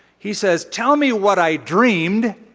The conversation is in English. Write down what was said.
he says, tell me what i dreamed